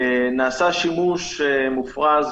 נעשה שימוש מופרז,